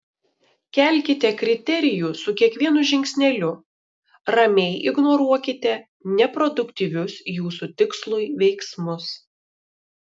kelkite kriterijų su kiekvienu žingsneliu ramiai ignoruokite neproduktyvius jūsų tikslui veiksmus